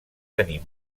tenir